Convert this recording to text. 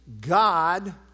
God